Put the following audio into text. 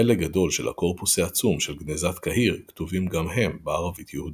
חלק גדול של הקורפוס העצום של גניזת קהיר כתובים גם הם בערבית יהודית.